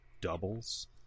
doubles